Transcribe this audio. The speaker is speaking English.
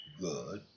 good